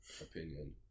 opinion